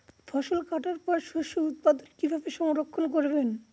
ফসল কাটার পর শস্য উৎপাদন কিভাবে সংরক্ষণ করবেন?